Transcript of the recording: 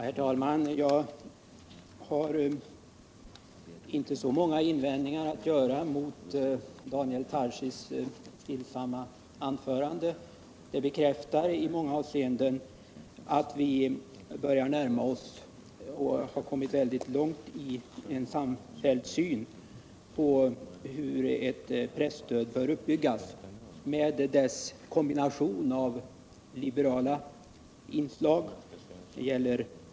Herr talman! Jag har inte många invändningar att göra mot Daniel Tarschys stillsamma anförande. Det bekräftade i många avseenden att vi har kommit långt i en samfälld syn på hur presspolitiken bör byggas upp, alltså med en kombination av liberala inslag —t.ex.